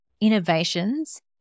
innovations